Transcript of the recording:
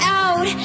out